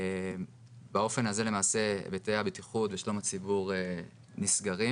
באופן הזה, היתרי הבטיחות ושלום הציבור נסגרים.